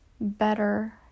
better